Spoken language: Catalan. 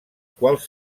quals